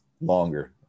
longer